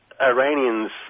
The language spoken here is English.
Iranians